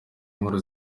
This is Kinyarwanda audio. inkuru